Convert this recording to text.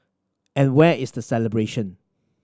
and where is the celebration